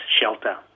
shelter